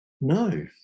No